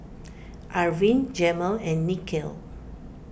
Arvin Jamel and Nichelle